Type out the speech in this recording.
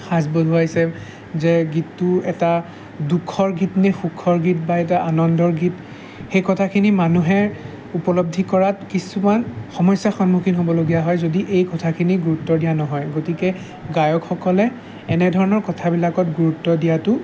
সাঁচ বহুৱাইছে যে গীতটো এটা দুখৰ গীত নে সুখৰ গীত বা এতিয়া আনন্দৰ গীত সেই কথাখিনি মানুহে উপলব্ধি কৰাত কিছুমান সমস্যাৰ সন্মুখীন হ'বলগীয়া হয় যদি এই কথাখিনি গুৰুত্ব দিয়া নহয় গতিকে গায়কসকলে এনেধৰণৰ কথাবিলাকত গুৰুত্ব দিয়াটো